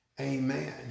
Amen